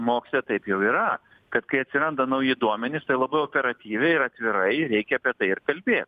moksle taip jau yra kad kai atsiranda nauji duomenys tai labai operatyviai ir atvirai reikia apie tai ir kalbėt